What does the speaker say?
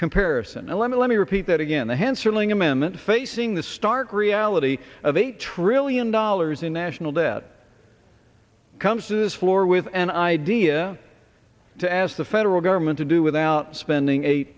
comparison and let me let me repeat that again the hensarling amendment facing the stark reality of a trillion dollars in national debt comes to this floor with an idea to ask the federal government to do without spending